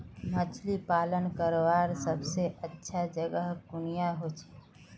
मछली पालन करवार सबसे अच्छा जगह कुनियाँ छे?